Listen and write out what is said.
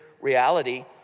reality